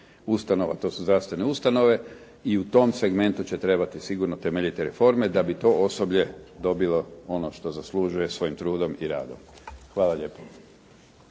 ustanova. To su zdravstvene ustanove i u tom segmentu će trebati sigurno temeljite reforme da bi to osoblje dobili ono što zaslužuje svojim trudom i radom. Hvala lijepo.